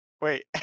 wait